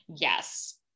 Yes